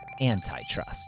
Antitrust